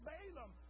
Balaam